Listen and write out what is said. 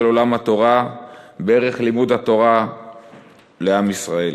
עולם התורה ובערך לימוד התורה לעם ישראל,